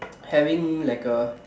having like a